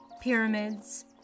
pyramids